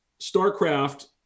StarCraft